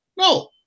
No